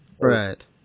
right